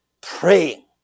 praying